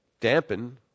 dampen